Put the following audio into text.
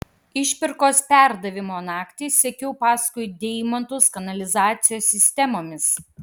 išpirkos perdavimo naktį sekiau paskui deimantus kanalizacijos sistemomis